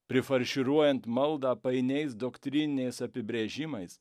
prifarširuojant maldą painiais doktrininiais apibrėžimais